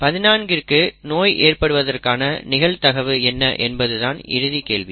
14 கிற்கு நோய் ஏற்படுவதற்கான நிகழ்தகவு என்ன என்பதுதான் இறுதி கேள்வி